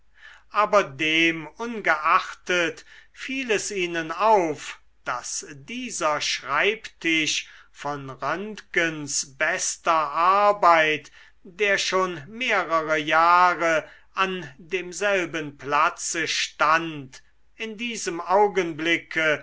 aber demungeachtet fiel es ihnen auf daß dieser schreibtisch von roentgens bester arbeit der schon mehrere jahre an demselben platze stand in diesem augenblicke